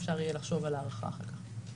אפשר יהיה לחשוב על הארכה אחר-כך.